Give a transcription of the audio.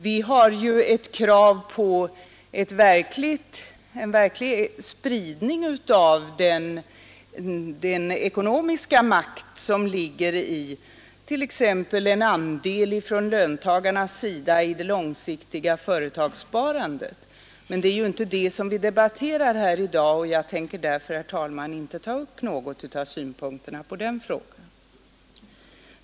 Vi har dessutom ett krav på en verklig spridning av den ekonomiska makten, tag t.ex. förslaget om andel för löntagarna i det långsiktiga företagssparandet, men det är inte det vi debatterar här i dag, och jag tänker därför, herr talman, inte ta upp något om den frågan.